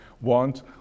want